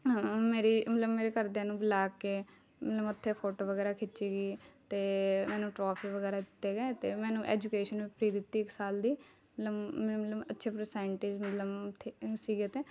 ਮੇਰੀ ਮਤਲਬ ਮੇਰੇ ਘਰਦਿਆਂ ਨੂੰ ਬੁਲਾ ਕੇ ਮਤਲਬ ਉੱਥੇ ਫੋਟੋ ਵਗੈਰਾ ਖਿੱਚੀ ਅਤੇ ਮੈਨੂੰ ਟਰੋਫੀ ਵਗੈਰਾ ਦਿੱਤੇ ਗਏ ਅਤੇ ਮੈਨੂੰ ਐਜ਼ੂਕੇਸ਼ਨ ਵੀ ਫ਼ਰੀ ਦਿੱਤੀ ਇੱਕ ਸਾਲ ਦੀ ਮਤਲਬ ਮ ਮਤਲਬ ਅੱਛੇ ਪ੍ਰਸੈਂਟੇਜ ਮਤਲਬ ਉੱਥੇ ਸੀਗੇ ਅਤੇ